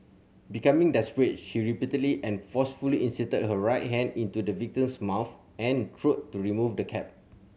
becoming desperate she repeatedly and forcefully inserted her right hand into the victim's mouth and throat to remove the cap